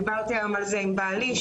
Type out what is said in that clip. דיברתי על זה היום עם בעלי,